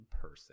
person